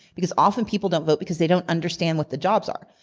because often people don't vote because they don't understand what the jobs are.